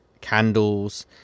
candles